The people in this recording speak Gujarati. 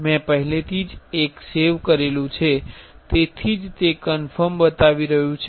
મેં પહેલેથી જ એક સેવ કરેલુ છે તેથી જ તે ક્ન્ફર્મ બતાવી રહ્યું છે